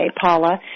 Paula